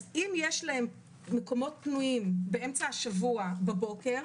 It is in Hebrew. אז אם יש להם מקומות פנויים באמצע השבוע בבוקר,